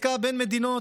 בעסקה בין מדינות,